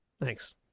Thanks